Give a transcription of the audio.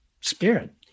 spirit